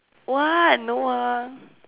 what no ah